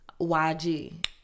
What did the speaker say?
YG